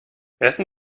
essen